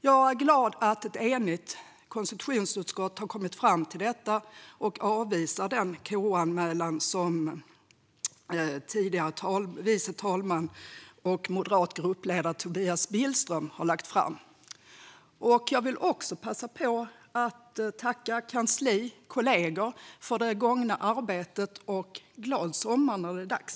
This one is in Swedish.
Jag är glad över att ett enigt konstitutionsutskott har kommit fram till detta och avvisar den KU-anmälan som den tidigare vice talmannen och moderate gruppledaren Tobias Billström har gjort. Jag vill också passa på att tacka kansliet och kolleger för arbetet under det gångna året och önskar en glad sommar när det är dags.